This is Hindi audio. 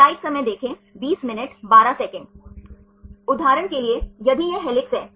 उदाहरण के लिए यदि यह हेलिक्स है